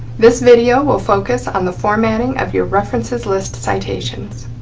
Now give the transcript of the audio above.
this video will focus on the formatting of your references list citations.